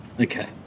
Okay